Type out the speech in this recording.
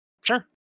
Sure